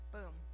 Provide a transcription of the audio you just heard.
Boom